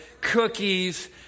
cookies